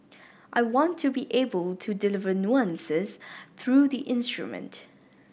I want to be able to deliver nuances through the instrument